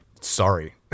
Sorry